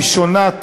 ראשונת